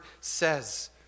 says